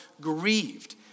grieved